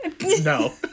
no